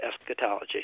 eschatology